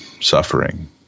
suffering